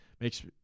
makes